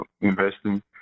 investing